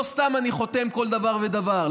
לא סתם אני חותם על כל דבר ודבר.